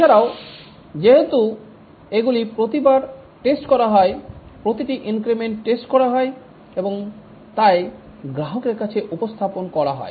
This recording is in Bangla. এছাড়াও যেহেতু এগুলি প্রতিবার টেস্ট করা হয় প্রতিটি ইনক্রিমেন্ট টেস্ট করা হয় এবং তাই গ্রাহকের কাছে উপস্থাপন করা হয়